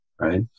right